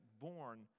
born